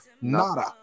Nada